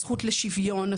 הזכות לשוויון,